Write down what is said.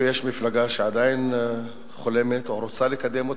ויש מפלגה שעדיין חולמת או רוצה לקדם אותו.